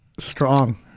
Strong